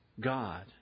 God